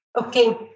Okay